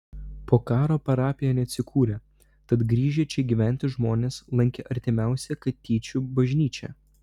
po karo parapija neatsikūrė tad grįžę čia gyventi žmonės lankė artimiausią katyčių bažnyčią